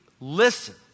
listen